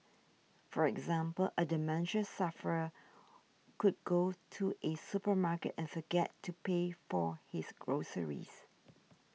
for example a dementia sufferer could go to a supermarket and forget to pay for his groceries